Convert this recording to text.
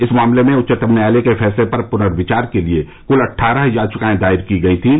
इस मामले में उच्चतम न्यायालय के फैंसले पर पुनर्विचार के लिए कुल अट्ठारह याचिकाएं दायर की गई थीं